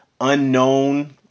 unknown